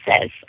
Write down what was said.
says